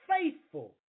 faithful